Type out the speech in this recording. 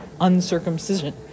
uncircumcision